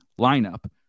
lineup